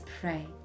pray